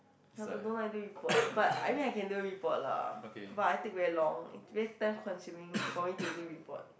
I'm alone I do report but I mean I can do report lah but I take very long it's very time consuming for me to do report